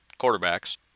quarterbacks